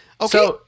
Okay